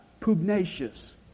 Pugnacious